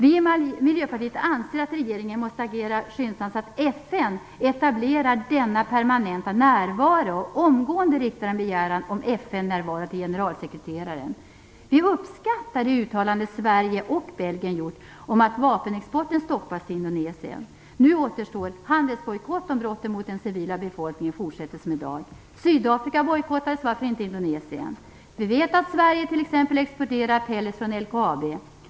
Vi i Miljöpartiet anser att regeringen måste agera skyndsamt så att FN etablerar denna permanenta närvaro. En begäran om FN-närvaro måste omgående riktas till generalsekreteraren. Vi uppskattar det uttalande Sverige och Belgien gjort om ett stopp för vapenexporten till Indonesien. Nu återstår handelsbojkott, om brotten mot den civila befolkningen fortsätter som i dag. Sydafrika bojkottades, varför inte Indonesien? Vi vet att Sverige t.ex. exporterar pellets från LKAB.